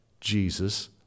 Jesus